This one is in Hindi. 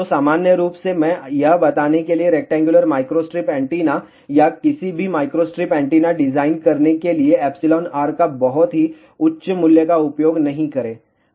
तो सामान्य रूप में मैं यह बताने के लिए रेक्टेंगुलर माइक्रोस्ट्रिप एंटीना या किसी भी माइक्रोस्ट्रिप एंटीना डिजाइन करने के लिए εr का बहुत ही उच्च मूल्य का उपयोग नहीं करें